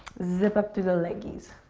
zip up through the leggies.